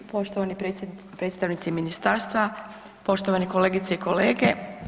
Poštovani predstavnici ministarstva, poštovane kolegice i kolege.